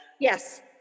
Yes